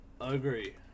agree